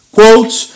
Quotes